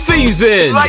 Season